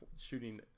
shooting